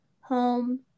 home